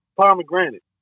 Pomegranate